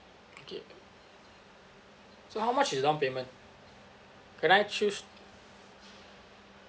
okay so how much is the down payment can I choose